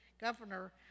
governor